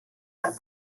per